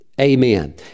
Amen